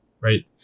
right